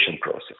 process